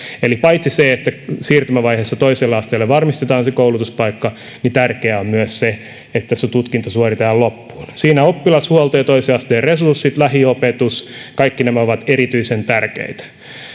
eli paitsi se että siirtymävaiheessa toiselle asteelle varmistetaan se koulutuspaikka niin tärkeää on myös se että tutkinto suoritetaan loppuun siinä oppilashuolto ja toisen asteen resurssit lähiopetus kaikki nämä ovat erityisen tärkeitä